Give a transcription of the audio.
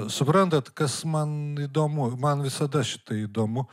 suprantat kas man įdomu man visada šitai įdomu